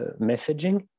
messaging